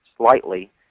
slightly